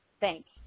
Thanks